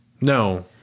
No